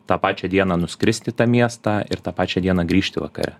tą pačią dieną nuskrist į tą miestą ir tą pačią dieną grįžti vakare